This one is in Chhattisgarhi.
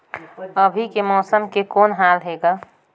अभी के मौसम के कौन हाल हे ग?